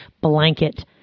blanket